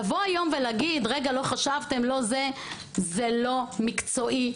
לבוא היום ולומר: לא חשבתם - זה לא מקצועי.